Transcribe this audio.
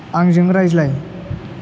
आंजों रायज्लाय